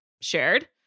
shared